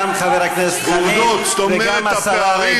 גם חבר הכנסת חנין וגם השרה רגב.